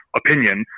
opinion